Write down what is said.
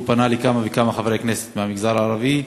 פנה לכמה וכמה חברי כנסת מהמגזר הערבי,